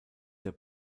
der